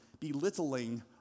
Belittling